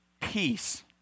peace